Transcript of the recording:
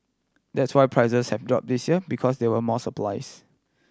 that's why prices have drop this year because there were more supplies